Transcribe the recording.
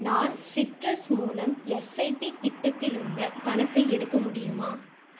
நான் சிட்ரஸ் மூலம் எஸ்ஐபி திட்டத்தில் உள்ள பணத்தை எடுக்க முடியுமா